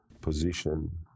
position